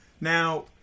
now